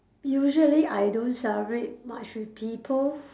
usually I don't celebrate much with people